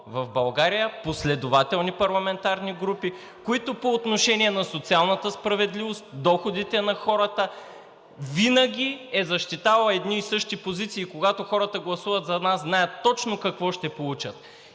в България последователни парламентарни групи, които по отношение на социалната справедливост, доходите на хората, винаги е защитавала едни и същи позиции. Когато хората гласуват за нас, знаят точно какво ще получат.